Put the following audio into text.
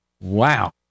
Wow